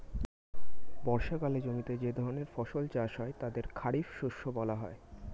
বর্ষাকালে জমিতে যে ধরনের ফসল চাষ হয় তাদের খারিফ শস্য বলা হয়